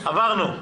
עברנו.